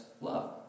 love